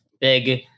big